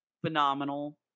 phenomenal